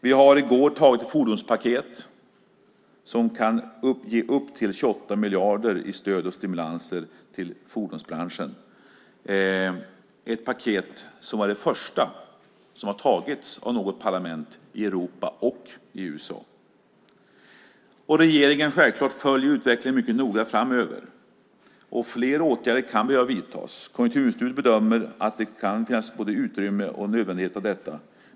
Vi antog i går ett fordonspaket som kan ge upp till 28 miljarder i stöd och stimulanser till fordonsbranschen, ett paket som var det första som har antagits av något parlament i Europa och i USA. Regeringen följer självklart utvecklingen mycket noga framöver. Fler åtgärder kan behöva vidtas. Konjunkturinstitutet bedömer att det kan finnas både utrymme och nödvändighet för detta.